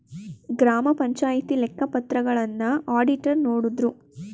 ಗ್ರಾಮ ಪಂಚಾಯಿತಿ ಲೆಕ್ಕ ಪತ್ರಗಳನ್ನ ಅಡಿಟರ್ ನೋಡುದ್ರು